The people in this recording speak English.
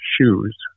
shoes